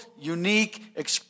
unique